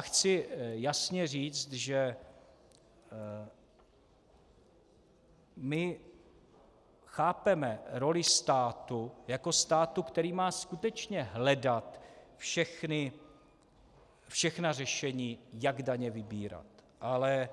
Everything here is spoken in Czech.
Chci jasně říci, že my chápeme roli státu jako státu, který má skutečně hledat všechna řešení, jak daně vybírat, ale